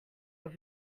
are